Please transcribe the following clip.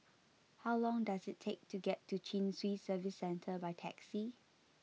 how long does it take to get to Chin Swee Service Centre by taxi